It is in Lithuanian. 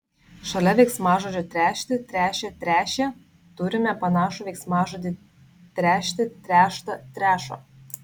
šalia veiksmažodžio tręšti tręšia tręšė turime panašų veiksmažodį trešti tręšta trešo